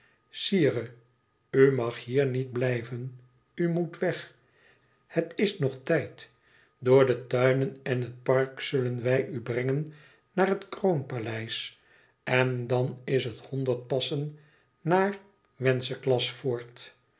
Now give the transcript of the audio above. u mag hier niet blijven u moet weg het is nog tijd door de tuinen en het park zullen wij u brengen naar het kroonpaleis en dan is het honderd passen naar wenceslasfort